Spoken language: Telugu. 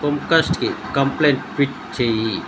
కుమ్కాస్ట్కి కంప్లైంట్ ట్వీట్ చెయ్యి